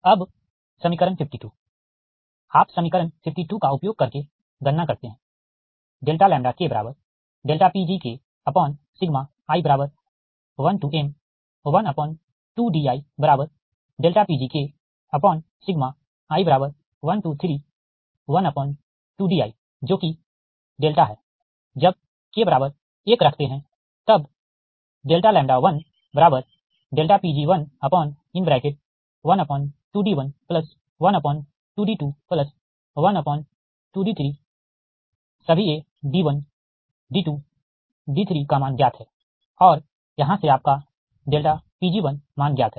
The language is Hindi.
अब समीकरण 52 आप समीकरण 52 का उपयोग करके गणना करते हैPgi1m12diPgi1312di जो कि है जब k1 रखते है तब Pgi12d112d212d3सभी ये d1 d2 d3का मान ज्ञात है और यहाँ से आपका Pg1मान ज्ञात है